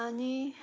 आनी